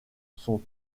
sont